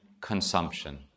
consumption